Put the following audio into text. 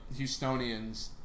Houstonians